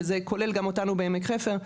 שזה כולל גם אותנו בעמק חפר,